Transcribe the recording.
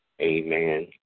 Amen